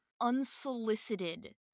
unsolicited